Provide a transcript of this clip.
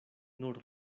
nur